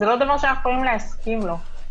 זה לא דבר שאנחנו יכולים להסכים לו.